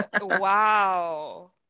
wow